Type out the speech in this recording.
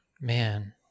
man